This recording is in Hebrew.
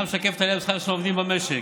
משקפת עלייה בשכר של העובדים במשק.